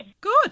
Good